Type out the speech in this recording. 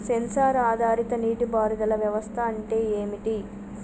Censor ఆధారిత నీటి పారుదల వ్యవస్థ అంటే ఏమిటి?